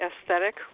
aesthetic